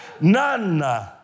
None